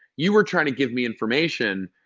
you were trying to give me information.